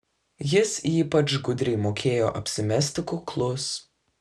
jis ypač gudriai mokėjo apsimesti kuklus